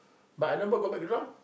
but I never go back drunk